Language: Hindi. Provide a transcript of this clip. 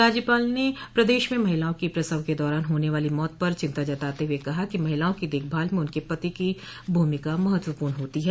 राज्यपाल ने प्रदेश में महिलाओं की प्रसव के दौरान होने वाली मौत पर चिन्ता जताते हुए कहा कि महिलाओं की देखभाल में उनके पति की भूमिका महत्वपूर्ण होती है